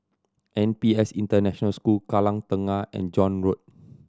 N P S International School Kallang Tengah and John Road